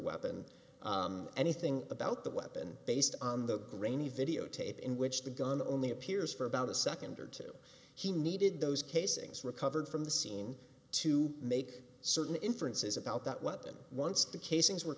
weapon anything about the weapon based on the grainy video tape in which the gun only appears for about a second or two he needed those casings recovered from the scene to make certain inferences about that weapon once the casings were